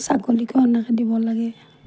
ছাগলীকো ঘাঁহ দিব লাগে